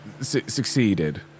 succeeded